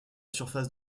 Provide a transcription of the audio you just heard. surface